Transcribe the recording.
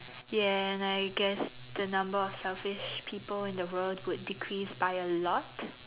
ya and I guess the number of selfish people in the world would decrease by a lot